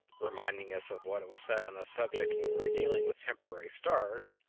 reminding us of what was said on this subject when we were dealing with temporary stars.